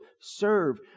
serve